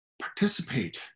participate